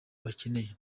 bakeneye